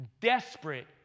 Desperate